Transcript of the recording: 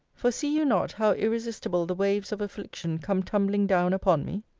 for see you not how irresistible the waves of affliction come tumbling down upon me?